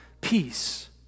peace